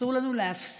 אסור לנו להפסיק